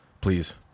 Please